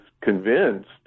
convinced